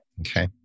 Okay